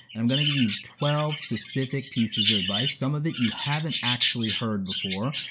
and i'm gonna give you twelve specific pieces of advice, some of it you haven't actually heard before,